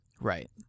Right